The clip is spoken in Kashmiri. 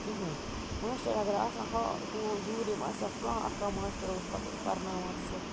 کہیٖنۍ ماشٹر اگر آسان حال کُن دوٗرِم آسے کانٛہہ اَکھا ماشٹرا اوس پَتہٕ اوس پرناوان سُہ